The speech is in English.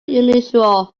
unusual